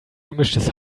gemischtes